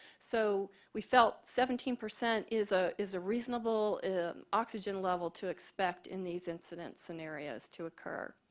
so, we felt seventeen percent is ah is a reasonable oxygen level to expect in these incident scenarios to occur.